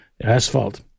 asphalt